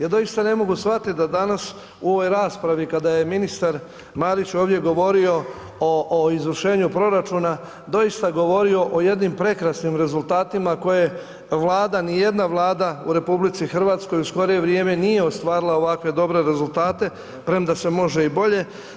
Ja doista ne mogu shvatiti da danas u ovoj raspravi kada je ministar Marić ovdje govorio o izvršenju proračuna doista govorio o jednim prekrasnim rezultatima koje Vlada, ni jedna Vlada u RH u skorije vrijeme nije ostvarila ovakve dobre rezultate, premda se može i bolje.